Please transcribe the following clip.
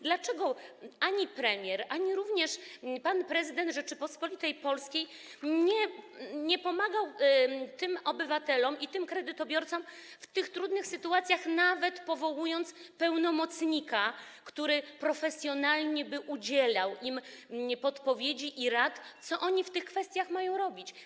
Dlaczego ani premier, ani również pan prezydent Rzeczypospolitej Polskiej nie pomagał tym obywatelom i tym kredytobiorcom w tych trudnych sytuacjach, nawet przez powołanie pełnomocnika, który profesjonalnie by udzielał im podpowiedzi i rad, co oni w tych kwestiach mają robić?